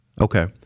Okay